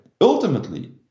ultimately